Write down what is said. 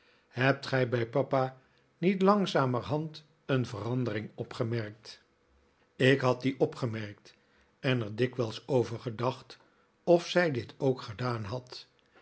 hebt gij bij papa niet langzamerhand een verandering opgemerkt ik had die opgemerkt en er dikwijls over gedacht of zij dit ook gedaan had